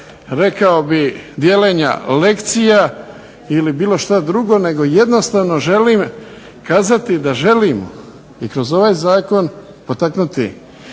rekao bih dijeljenja lekcija ili bilo što drugo nego jednostavno želim kazati da želim i kroz ovaj zakon potaknuti